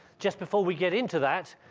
just before we get into that,